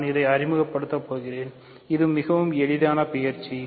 நான் இதை அறிமுகப்படுத்தப் போகிறேன் இது மிகவும் எளிதான பயிற்சி